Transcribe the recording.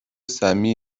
سمی